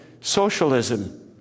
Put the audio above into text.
socialism